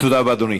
תודה, אדוני.